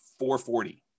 440